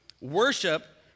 Worship